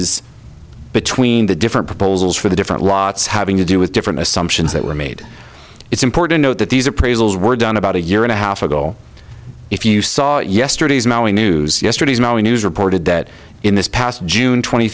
discrepancies between the different proposals for the different lots having to do with different assumptions that were made it's important note that these appraisals were done about a year and a half ago if you saw yesterday's mowing news yesterday you know news reported that in this past june twenty